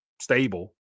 stable